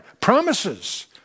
promises